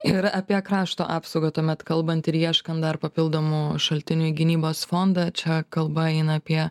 ir apie krašto apsaugą tuomet kalbant ir ieškant dar papildomų šaltinių į gynybos fondą čia kalba eina apie